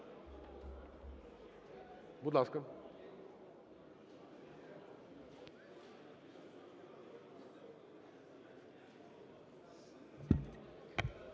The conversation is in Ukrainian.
Будь ласка.